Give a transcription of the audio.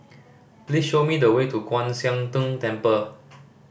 please show me the way to Kwan Siang Tng Temple